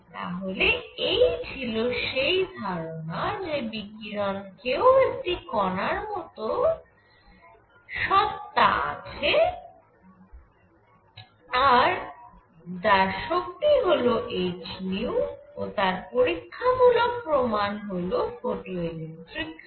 তাহলে এই ছিল সেই ধারণা যে বিকিরণেরও একটি কণার মত সত্ত্বা আছে যার শক্তি হল h ও তার পরীক্ষামূলক প্রমাণ হল ফটোইলেক্ট্রিক ক্রিয়া